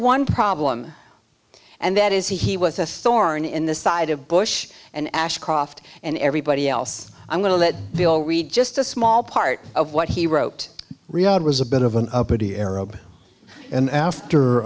one problem and that is he he was a thorn in the side of bush and ashcroft and everybody else i'm going to let they all read just a small part of what he wrote riyadh was a bit of an uppity arab and after